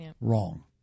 Wrong